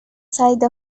side